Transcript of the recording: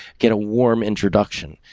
get a warm introduction.